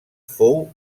fou